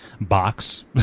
box